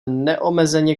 neomezeně